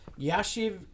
Yashiv